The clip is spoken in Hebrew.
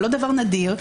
זה לא דבר נדיר,